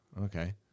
okay